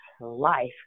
life